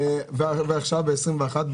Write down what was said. ועכשיו, ב-21'?